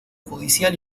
judicial